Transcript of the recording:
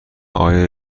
آیا